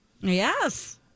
Yes